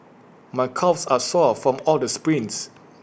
my calves are sore from all the sprints